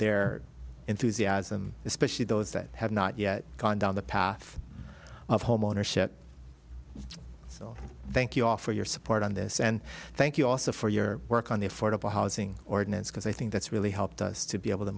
their enthusiasm especially those that have not yet gone down the path of homeownership so thank you all for your support on this and thank you also for your work on the affordable housing ordinance because i think that's really helped us to be able to